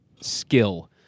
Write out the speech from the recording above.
skill